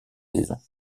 saisons